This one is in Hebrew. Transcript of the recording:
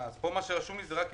אז מה שכתוב לי פה זה רק קיבוצים.